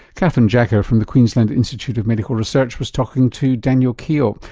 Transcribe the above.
catherine jacka from the queensland institute of medical research was talking to daniel keogh.